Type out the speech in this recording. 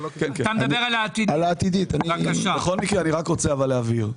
בכל מקרה, אני רוצה להבהיר.